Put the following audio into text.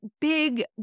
big